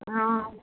ஆ